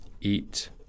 eat